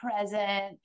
present